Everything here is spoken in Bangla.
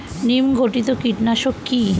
নিম ঘটিত কীটনাশক কি?